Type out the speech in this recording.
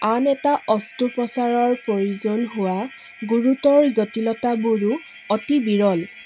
আন এটা অস্ত্ৰোপচাৰৰ প্ৰয়োজন হোৱা গুৰুতৰ জটিলতাবোৰো অতি বিৰল